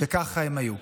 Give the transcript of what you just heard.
וככה הם היו.